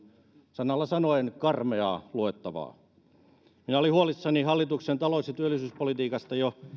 sanalla sanoen karmeaa luettavaa minä olin huolissani hallituksen talous ja työllisyyspolitiikasta jo